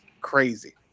crazy